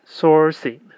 sourcing